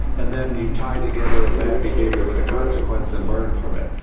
and then you tie together a bad behaviour with a consequence and learn from it.